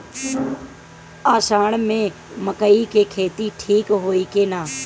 अषाढ़ मे मकई के खेती ठीक होई कि ना?